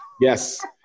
Yes